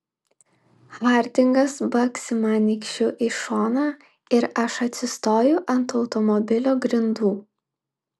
hardingas baksi man nykščiu į šoną ir aš atsistoju ant automobilio grindų